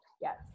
Yes